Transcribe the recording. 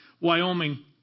Wyoming